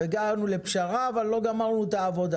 הגענו לפשרה אבל לא גמרנו את העבודה.